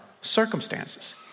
circumstances